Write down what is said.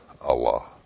Allah